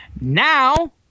Now